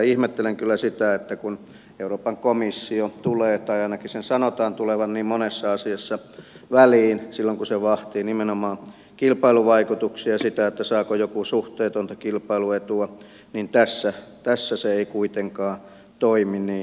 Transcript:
ihmettelen kyllä sitä että kun euroopan komissio tulee tai ainakin sen sanotaan tulevan niin monessa asiassa väliin silloin kun se vahtii nimenomaan kilpailuvaikutuksia ja sitä saako joku suhteetonta kilpailuetua niin tässä se ei kuitenkaan toimi niin